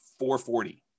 440